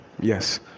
Yes